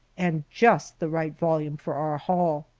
and just the right volume for our hall.